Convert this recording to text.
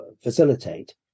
facilitate